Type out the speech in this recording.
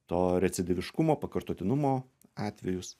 to recidyviškumo pakartotinumo atvejus